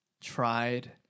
tried